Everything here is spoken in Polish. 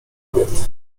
obiad